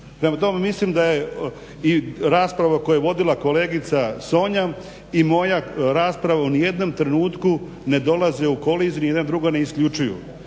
Prema tome, mislim da je rasprava koju je vodila kolegica Sonja i moja rasprava u nijednom trenutku ne dolaze u koliziju nijedna drugu ne isključuju.